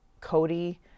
Cody